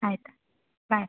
ಆಯ್ತು ಬಾಯ್